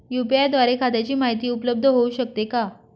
UPI द्वारे खात्याची माहिती उपलब्ध होऊ शकते का?